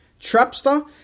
Trapster